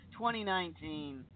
2019